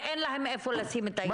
ואין להם איפה לשים את הילדים.